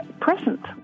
present